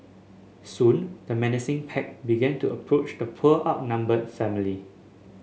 soon the menacing pack began to approach the poor outnumbered family